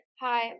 Hi